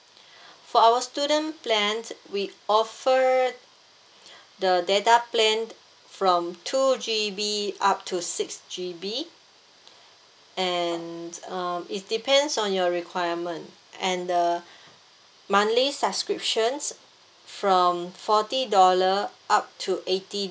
for our student plan we offer the data plan from two G_B up to six G_B and uh it depends on your requirement and the monthly subscriptions from forty dollar up to eighty